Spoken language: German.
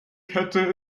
kette